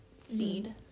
seed